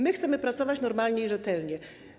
My chcemy pracować normalnie i rzetelnie.